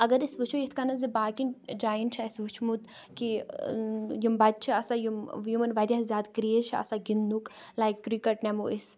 اگر أسۍ وٕچھو یتھ کٔنن زٕ باقیَن جایَن چھُ اَسہِ وٕچھمُت کہِ یِم بَچہِ چھِ آسان یِمن واریاہ زیادٕ کریز چھُ آسان گنٛدنُک لایک کرکَٹ نِمو أسۍ